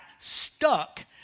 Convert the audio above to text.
stuck